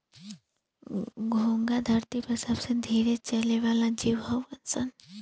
घोंघा धरती पर सबसे धीरे चले वाला जीव हऊन सन